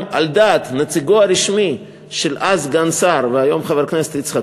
על דעת נציגו הרשמי של אז סגן שר והיום חבר הכנסת יצחק